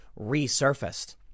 resurfaced